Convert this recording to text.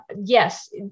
yes